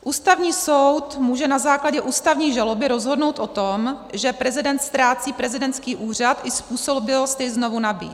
Ústavní soud může na základě ústavní žaloby rozhodnout o tom, že prezident ztrácí prezidentský úřad i způsobilost jej znovu nabýt.